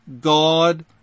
God